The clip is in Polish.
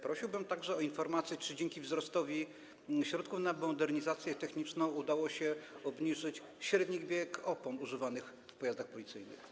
Prosiłbym także o informację, czy dzięki wzrostowi środków na modernizację techniczną udało się obniżyć średni wiek opon używanych w pojazdach policyjnych.